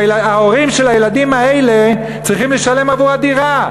וההורים של הילדים האלה צריכים לשלם עבור הדירה.